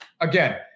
Again